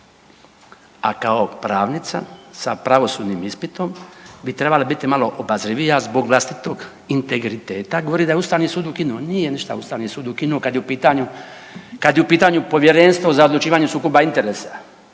a kao pravnica sa pravosudnim ispitom bi trebala biti malo obazrivija zbog vlastitog integriteta govori da je Ustavni sud ukinuo. Nije ništa Ustavni sud ukinuo kad je u pitanju Povjerenstvo za odlučivanje o sukobu interesa,